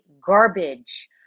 garbage